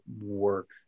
work